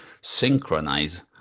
synchronize